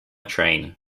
train